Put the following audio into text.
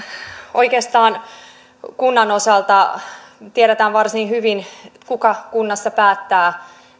oikeastaan kunnan osalta tiedetään varsin hyvin kuka kunnassa päättää